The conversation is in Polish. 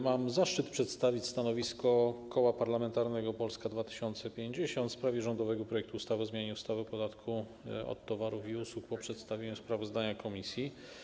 Mam zaszczyt przedstawić stanowisko Koła Parlamentarnego Polska 2050 w sprawie rządowego projektu ustawy o zmianie ustawy o podatku od towarów i usług po przedstawieniu sprawozdania komisji.